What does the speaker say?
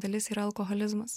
dalis yra alkoholizmas